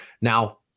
Now